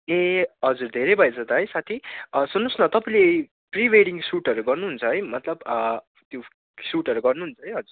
ए हजुर धेरै भएछ त है साथी सुन्नु होस् न तपाईँले प्री वेडिङ सुटहरू गर्नु हुन्छ है मतलब त्यो सुटहरू गर्नु हुन्छ है हजुर